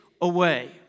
away